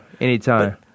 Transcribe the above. anytime